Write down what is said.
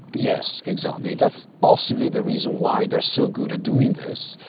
yes, exactly, that's possibly the reason why they are so good at doing this,